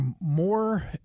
more